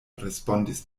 respondis